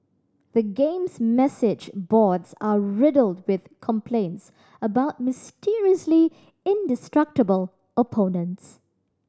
the game's message boards are riddled with complaints about mysteriously indestructible opponents